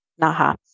Naha